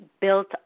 built